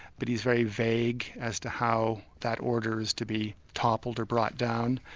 but he's very vague as to how that order is to be toppled, or brought down.